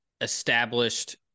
established